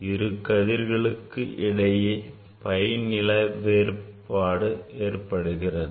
இரு கதிர்களுக்கு இடையே pi நிலை வேறுபாடு ஏற்படுகிறது